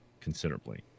considerably